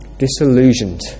disillusioned